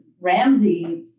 Ramsey